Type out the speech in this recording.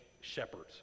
shepherds